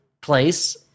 place